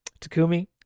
Takumi